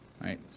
Right